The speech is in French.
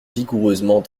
vigoureusement